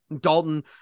Dalton